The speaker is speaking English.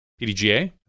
PDGA